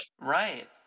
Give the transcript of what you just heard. Right